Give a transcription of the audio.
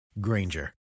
granger